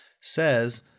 says